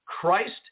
Christ